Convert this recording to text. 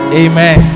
amen